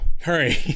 Hurry